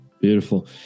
beautiful